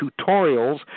tutorials